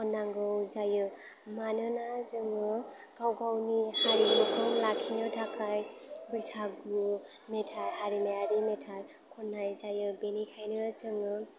खननांगौ जायो मानोना जोङो गाव गावनि हारिमुखौ लाखिनो थाखाय बैसागु मेथाइ हारिमायारि मेथाइ खननाय जायो बेनिखायनो जोङो